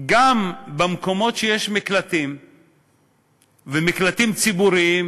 גם במקומות שיש מקלטים ומקלטים ציבוריים,